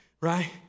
right